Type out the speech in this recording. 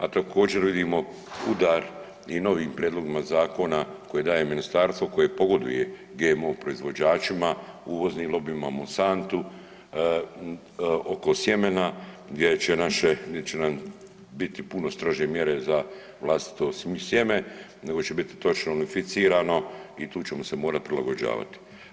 A također vidimo udar i novim prijedlozima zakona koje daje ministarstvo koje pogoduje GMO proizvođačima, uvoznim lobijima, Mosantu oko sjemena gdje će naše, gdje će nam biti puno strože mjere za vlastito sjeme, nego će biti točno unificirano i tu ćemo se morati prilagođavati.